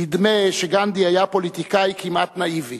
נדמה שגנדי היה פוליטיקאי כמעט נאיבי